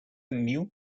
new